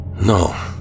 No